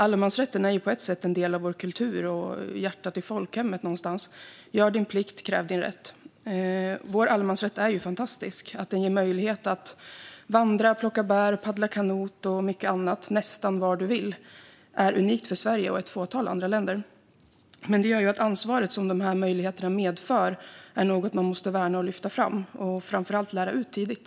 Allemansrätten är ju på ett sätt en del av vår kultur och hjärtat i folkhemmet - gör din plikt, kräv din rätt! Vår allemansrätt är fantastisk. Möjligheten den ger att vandra, plocka bär, paddla kanot och mycket annat nästan var man vill är något unikt för Sverige och ett fåtal andra länder. Det gör dock att ansvaret som dessa möjligheter medför är något man måste värna och lyfta fram och framför allt lära ut tidigt.